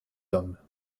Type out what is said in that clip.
hommes